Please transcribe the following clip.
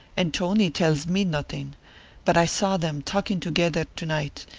and tony tells me nothing but i saw them talking together to-night,